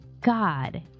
God